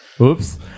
Oops